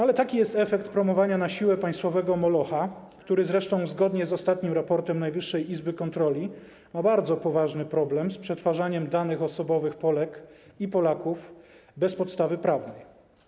Ale taki jest efekt promowania na siłę państwowego molocha, który zresztą zgodnie z ostatnim raportem Najwyższej Izby Kontroli ma bardzo poważny problem z przetwarzaniem danych osobowych Polek i Polaków bez podstawy prawnej.